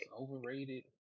Overrated